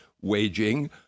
waging